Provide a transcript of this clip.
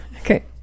okay